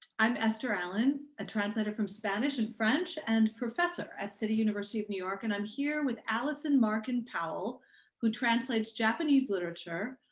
i'm esther allen, a translator from spanish and french and professor at city university of new york. and i'm here with allison markin powell who translates japanese literature,